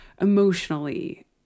emotionally